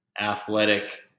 athletic